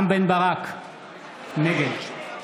נגד